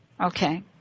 Okay